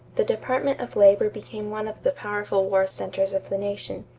the department of labor became one of the powerful war centers of the nation.